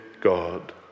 god